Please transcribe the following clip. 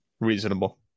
reasonable